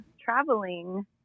Traveling